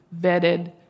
vetted